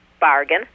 bargain